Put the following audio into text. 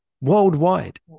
worldwide